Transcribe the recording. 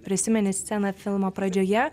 prisimeni sceną filmo pradžioje